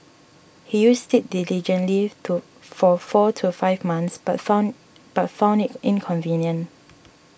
he used it diligently to for four to five months but found but found it inconvenient